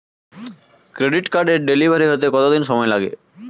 Credit কার্ডের delivery হতে কতদিন সময় লাগে?